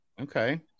Okay